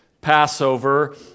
Passover